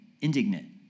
indignant